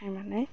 মানে